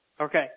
Okay